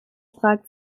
fragt